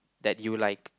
that you like